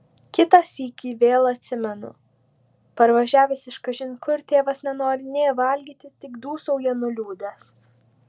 kitą sykį vėl atsimenu parvažiavęs iš kažin kur tėvas nenori nė valgyti tik dūsauja nuliūdęs